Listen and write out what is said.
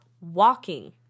walking